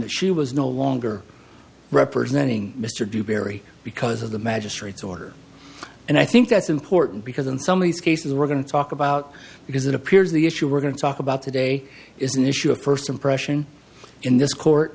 that she was no longer representing mr dewberry because of the magistrate's order and i think that's important because in some of these cases we're going to talk about because it appears the issue we're going to talk about today is an issue of first impression in this court